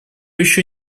еще